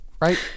right